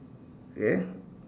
okay